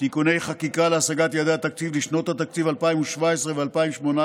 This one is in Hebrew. (תיקוני חקיקה להשגת יעדי התקציב לשנות התקציב 2017 ו-2018),